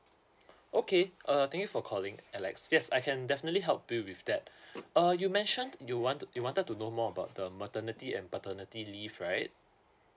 okay uh thank you for calling alex yes I can definitely help you with that uh you mentioned you want to you wanted to know more about the maternity and paternity leave right